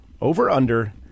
Over-under